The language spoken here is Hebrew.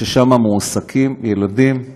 ששם מועסקים ילדים עם